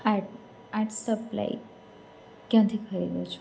art art supply ક્યાંથી ખરીદો છો